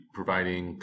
providing